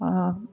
অঁ